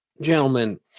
gentlemen